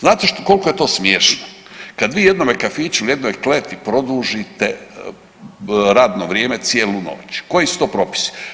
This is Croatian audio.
Znate koliko je to smiješno kad vi jednome kafiću jednoj kleti produžite radno vrijeme cijelu noć koji su to propisi?